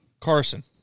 Carson